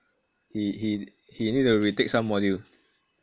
he he he need to retake some module